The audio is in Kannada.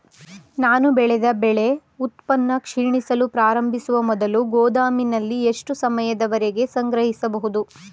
ನಾನು ಬೆಳೆದ ಬೆಳೆ ಉತ್ಪನ್ನ ಕ್ಷೀಣಿಸಲು ಪ್ರಾರಂಭಿಸುವ ಮೊದಲು ಗೋದಾಮಿನಲ್ಲಿ ಎಷ್ಟು ಸಮಯದವರೆಗೆ ಸಂಗ್ರಹಿಸಬಹುದು?